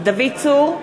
דוד צור,